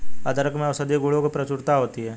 अदरक में औषधीय गुणों की प्रचुरता होती है